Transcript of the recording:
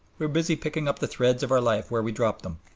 we are busy picking up the threads of our life where we dropped them,